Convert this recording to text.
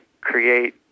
create